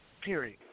Period